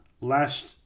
last